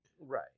Right